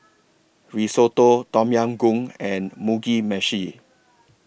Risotto Tom Yam Goong and Mugi Meshi